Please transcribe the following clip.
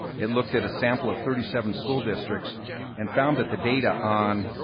it looked at a sample of thirty seven school districts and found that the data on